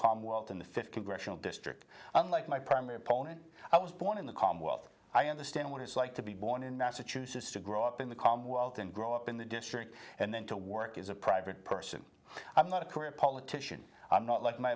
commonwealth in the fifth congressional district unlike my primary opponent i was born in the commonwealth i understand what it's like to be born in massachusetts to grow up in the commonwealth and grow up in the district and then to work as a private person i'm not a career politician i'm not like my